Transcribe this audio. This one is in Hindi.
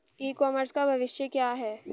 ई कॉमर्स का भविष्य क्या है?